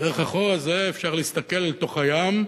דרך החור הזה אפשר להסתכל לתוך הים,